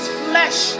flesh